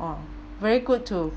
oh very good too